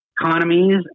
economies